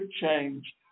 change